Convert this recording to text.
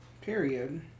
Period